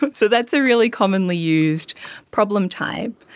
but so that's a really commonly used problem type,